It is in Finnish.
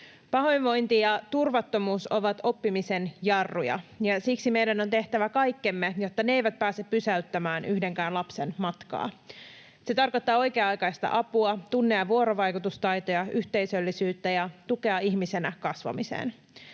Pahoinvointi ja turvattomuus ovat oppimisen jarruja, ja siksi meidän on tehtävä kaikkemme, jotta ne eivät pääse pysäyttämään yhdenkään lapsen matkaa. Se tarkoittaa oikea-aikaista apua, tunne- ja vuorovaikutustaitoja, yhteisöllisyyttä ja tukea ihmisenä kasvamiseen.